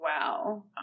Wow